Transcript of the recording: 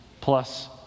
plus